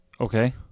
Okay